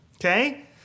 Okay